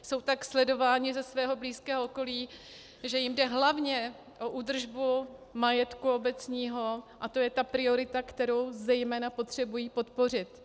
Jsou tak sledováni ze svého blízkého okolí, že jim jde hlavně o údržbu majetku obecního, a to je priorita, kterou zejména potřebují podpořit.